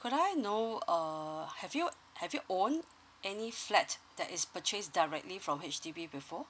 could I know err have you have you own any flat that is purchase directly from H_D_B before